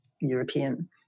European